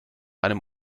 einem